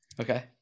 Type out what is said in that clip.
Okay